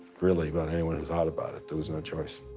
really, about anyone who's thought about it, there was no choice.